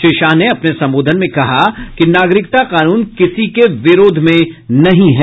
श्री शाह ने अपने संबोधन में कहा कि नागरिकता कानून किसी के विरोध में नहीं है